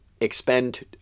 expend